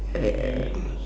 uh